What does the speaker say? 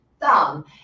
thumb